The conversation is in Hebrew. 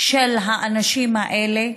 של האנשים האלה,